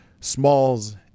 Smalls